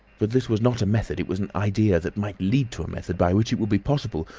but this was not a method, it was an idea, that might lead to a method by which it would be possible,